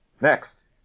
Next